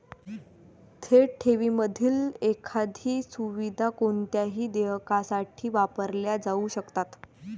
थेट ठेवींमधील एकाधिक सुविधा कोणत्याही देयकासाठी वापरल्या जाऊ शकतात